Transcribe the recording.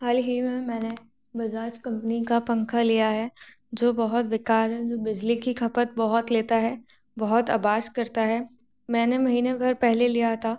हाल ही मैं मैंने बजाज कंपनी का पंखा लिया है जो बहुत बेकार है जो बिजली की ख़पत बहुत लेता है बहुत आवाज करता है मैंने महीने भर पहले लिया था